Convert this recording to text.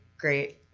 great